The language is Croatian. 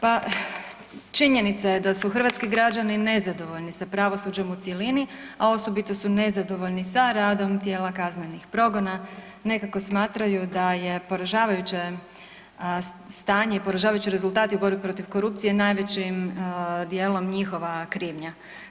Pa činjenica je da su hrvatski građani nezadovoljni sa pravosuđem u cjelini, a osobito su nezadovoljni sa radom tijela kaznenih progona, nekako smatraju da je poražavajuće stanje i poražavajući rezultati u borbi protiv korupcije najvećim dijelom njihova krivnja.